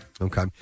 Okay